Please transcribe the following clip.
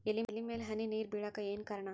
ಎಲೆ ಮ್ಯಾಲ್ ಹನಿ ನೇರ್ ಬಿಳಾಕ್ ಏನು ಕಾರಣ?